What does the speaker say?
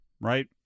right